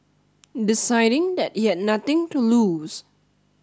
deciding that he had nothing to lose